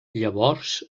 llavors